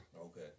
okay